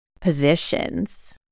positions